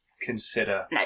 consider